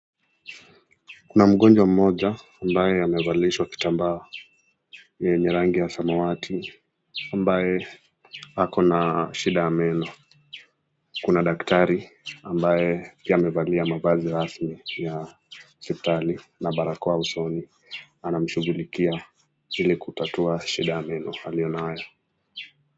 Kuna mgonjwa mmoja ambaye amevalishwa kitambaa yenye rangi ya samawati ambaye ako na shida ya meno, kuna daktari ambaye pia amevalia mavazi rasmi ya hosiptali na barakoa usoni, anamshughulikia ili kutatua shida ya meno aliyo nayo.